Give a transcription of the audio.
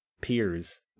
peers